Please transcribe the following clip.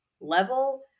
level